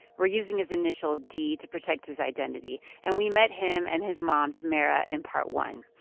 we're using his initial, d, to protect his identity. and we met him and his mom, tamara, in part one.